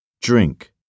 drink